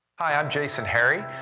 hi. i'm jason harry.